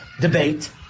debate